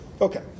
Okay